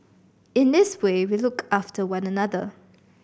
in this way we look after one another